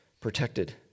protected